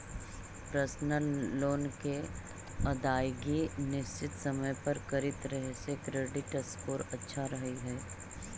personal loan के अदायगी निश्चित समय पर करित रहे से क्रेडिट स्कोर अच्छा रहऽ हइ